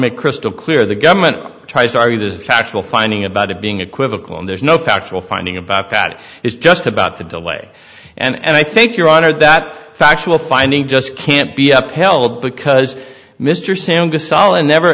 make crystal clear the government tries to argue this factual finding about it being equivocal and there's no factual finding about that it is just about the delay and i think your honor that factual finding just can't be upheld because mr sanders sallah never